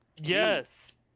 yes